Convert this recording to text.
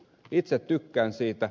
itse tykkään siitä